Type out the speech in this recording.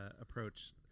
approach